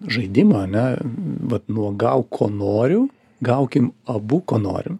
žaidimą ne vat nuo gauk ko noriu gaukim abu ko norim